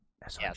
Yes